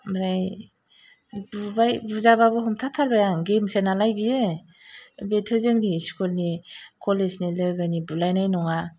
ओमफाय बुबाय बुजाबाबो हमथाथारबाय आं गेमसो नालाय बेयो बेथ' जोंनि स्कुलनि कलेजनि लोगोनि बुलायनाय नङा